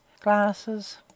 glasses